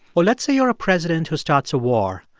or let's say you're a president who starts a war.